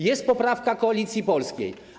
Jest poprawka Koalicji Polskiej.